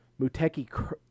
Muteki